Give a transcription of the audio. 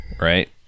right